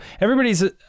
everybody's